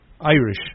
Irish